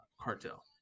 cartel